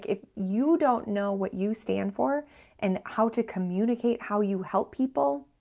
if you don't know what you stand for and how to communicate how you help people,